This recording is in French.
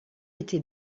été